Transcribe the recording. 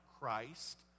Christ